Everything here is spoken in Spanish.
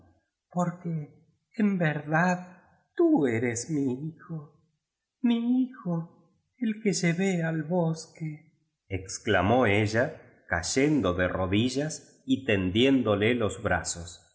porque en verdad tú eres mi hijo mi hijo el que lleve al bosqueexclamó ella cayendo de rodillas y